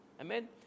Amen